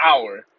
hour